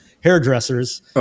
hairdressers